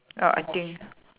uh I think